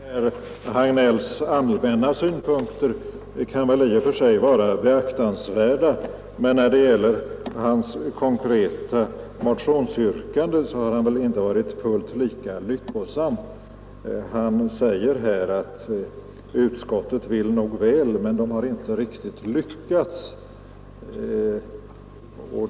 Herr talman! Herr Hagnells allmänna synpunkter kan i och för sig vara beaktansvärda, men när det gäller hans konkreta motionsyrkande har han inte varit fullt lika lyckosam. Han säger här att utskottet vill nog väl men har inte riktigt lyckats.